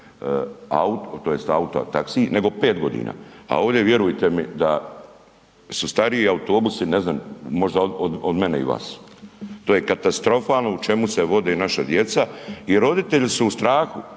starost tj. auta taxi nego 5 godina. A ovdje vjerujte mi da su stariji autobusi ne znam možda od mene i vas. To je katastrofalno u čemu se vode naša djeca i roditelji su u strahu.